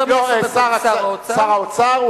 שר האוצר,